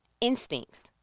Instincts